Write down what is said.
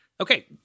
Okay